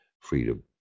freedom